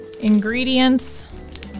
Ingredients